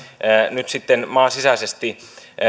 nyt sitten maan sisäisesti